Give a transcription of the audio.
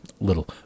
little